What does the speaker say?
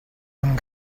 amb